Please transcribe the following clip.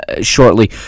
shortly